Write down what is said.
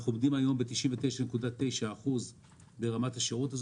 אנחנו עומדים היום ב-99.9% ברמת השירות,